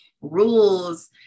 rules